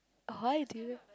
why do you